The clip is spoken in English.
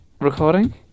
recording